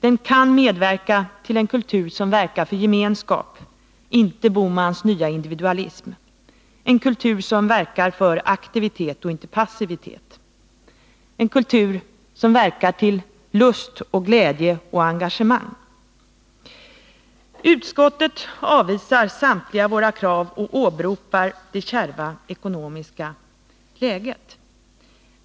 Den kan främja en kultur som verkar för gemenskap, inte för herr Bohmans nya individualism, en kultur som verkar för aktivitet, inte för passivitet, och som präglas av lust, glädje och engagemang. Utskottet avvisar samtliga våra krav och åberopar det kärva ekonomiska läget.